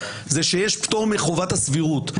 שיש פטור מחובת הסבירות,